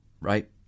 right